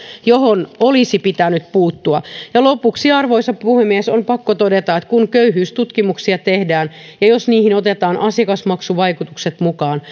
johon olisi pitänyt puuttua ja lopuksi arvoisa puhemies on pakko todeta että kun köyhyystutkimuksia tehdään ja niihin otetaan asiakasmaksuvaikutukset mukaan